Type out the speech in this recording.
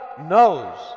knows